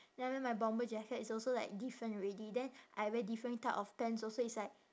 then I wear my bomber jacket it's also like different already then I wear different type of pants also it's like